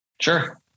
Sure